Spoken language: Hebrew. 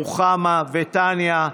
רוחמה וטניה,